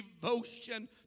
devotion